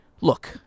look—